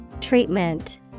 Treatment